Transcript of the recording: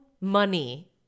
money